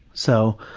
so,